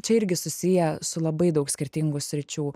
čia irgi susiję su labai daug skirtingų sričių